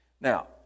Now